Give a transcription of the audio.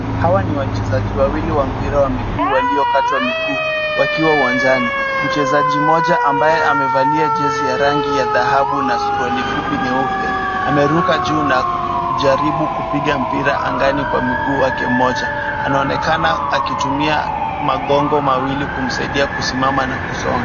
Hawa ni wachezaji wawili wa mpira wa miguu waliokatwa miguu wakiwa uwanjani. Mchezaji mmoja ambaye amevalia jezi ya rangi ya dhahabu na suruali fupi nyeupe ameruka juu na kujaribu kupiga mpira angani kwa mguu wake mmoja. Anaonekana akitumia magongo mawili kumsaidia kusimama na kusonga.